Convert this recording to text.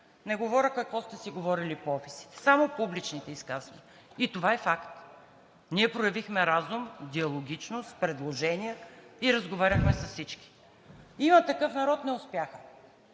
Не говоря какво сте си говорили по офисите. Само публичните изказвания. И това е факт. Ние проявихме разум, диалогичност, предложения и разговаряхме с всички. „Има такъв народ“ не успяха.